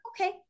Okay